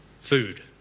Food